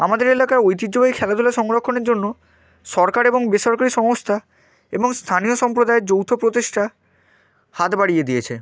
আমাদের এলাকার ঐতিহ্যবাহী খেলাধুলা সংরক্ষণের জন্য সরকার এবং বেসরকারি সংস্থা এবং স্থানীয় সম্প্রদায়ের যৌথ প্রচেষ্টা হাত বাড়িয়ে দিয়েছে